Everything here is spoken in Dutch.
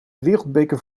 wereldbeker